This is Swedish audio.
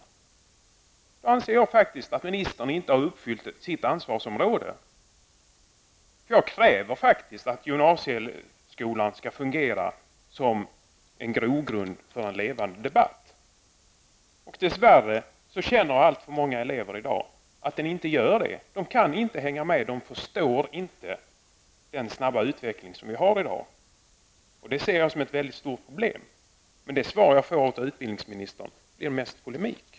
Jag anser att ministern då faktiskt inte har tagit ansvar för sitt område. Jag kräver att gymnasieskolan skall fungera som en grogrund för en levande debatt. Dess värre känner alltför många elever i dag att skolan inte fungerar så. Eleverna kan inte hänga med. De förstår inte den snabba utveckling som vi har i dag. Detta ser jag som ett väldigt stort problem, men det svar jag fick av utbildningsministern bestod mest av polemik.